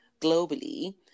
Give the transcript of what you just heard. globally